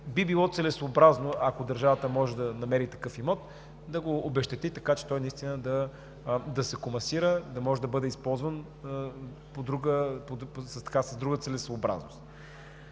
би било целесъобразно, ако държавата може да намери такъв имот, да го обезщети, така че той наистина да се комасира, да може да бъде използван с друга целесъобразност.